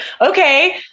okay